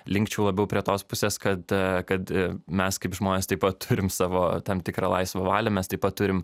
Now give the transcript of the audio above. linkčiau labiau prie tos pusės kad kad mes kaip žmonės taip pat turim savo tam tikrą laisvą valią mes taip pat turim